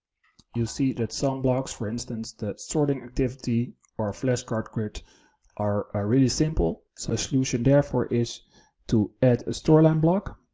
you see that some blocks, for instance, that sorting activity or flashcard grid are are really simple. so solution therefore is to add a storyline block.